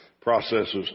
processes